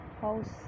house